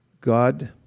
God